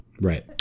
Right